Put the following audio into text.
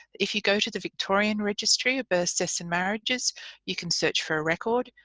if you go to the victorian registry of births, deaths and marriages you can search for a record,